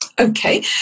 Okay